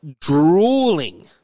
drooling